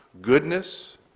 goodness